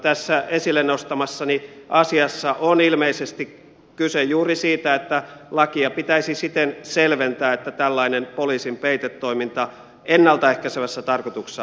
tässä esille nostamassani asiassa on ilmeisesti kyse juuri siitä että lakia pitäisi siten selventää että tällainen poliisin peitetoiminta ennalta ehkäisevässä tarkoituksessa olisi mahdollista